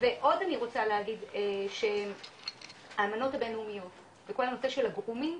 ועוד אני רוצה להגיד האמנות הבינלאומיות וכל הנושא של הגרומינג,